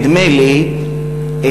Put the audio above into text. נדמה לי,